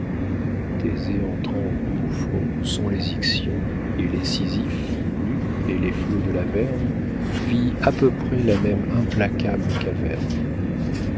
thésée entrant au gouffre où sont les ixions et les sisyphes nus et les flots de l'averne vit à peu près la même implacable caverne